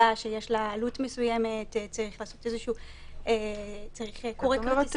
שיש לה עלות מסוימת ושצריך קורא כרטיסים במחשב --- את אומרת